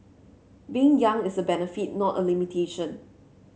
being young is a benefit not a limitation